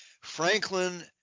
Franklin